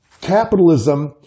capitalism